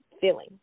Feeling